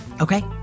Okay